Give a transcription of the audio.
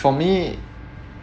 for me